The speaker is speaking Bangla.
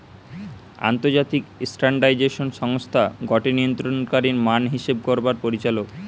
আন্তর্জাতিক স্ট্যান্ডার্ডাইজেশন সংস্থা গটে নিয়ন্ত্রণকারী মান হিসেব করবার পরিচালক